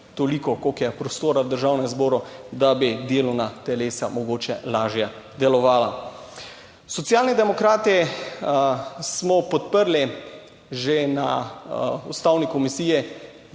toliko kolikor je prostora v Državnem zboru, da bi delovna telesa mogoče lažje delovala. Socialni demokrati smo podprli že na Ustavni komisiji